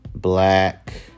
Black